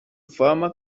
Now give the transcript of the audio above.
fama